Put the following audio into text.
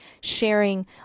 sharing